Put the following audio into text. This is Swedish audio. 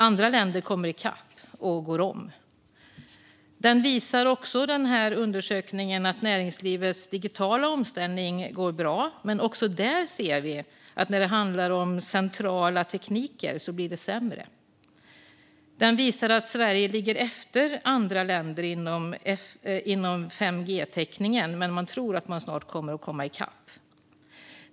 Andra länder kommer i kapp och går om. Undersökningen visar att näringslivets digitala omställning går bra men att man även där ser att när det handlar om centrala tekniker blir det sämre. Den visar att Sverige ligger efter andra länder inom 5G-täckningen, men man tror att man snart kommer i kapp.